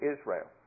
Israel